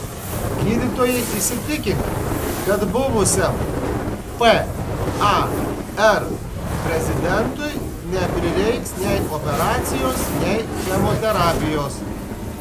gydytojai įsitikinę kad buvusiam par prezidentui neprireiks nei operacijos nei chemoterapijos